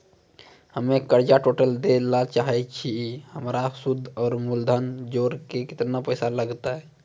हम्मे कर्जा टोटल दे ला चाहे छी हमर सुद और मूलधन जोर के केतना पैसा लागत?